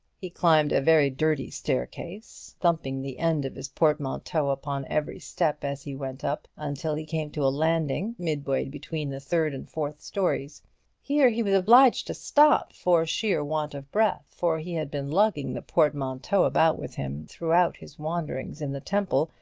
he climbed a very dirty staircase, thumping the end of his portmanteau upon every step as he went up, until he came to a landing, midway between the third and fourth stories here he was obliged to stop for sheer want of breath, for he had been lugging the portmanteau about with him throughout his wanderings in the temple,